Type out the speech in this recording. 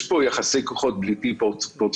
יש כאן יחסי כוחות לא פרופורציונאליים.